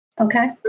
Okay